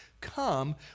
come